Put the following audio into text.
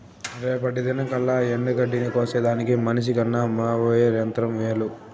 రేపటి దినంకల్లా ఎండగడ్డిని కోసేదానికి మనిసికన్న మోవెర్ యంత్రం మేలు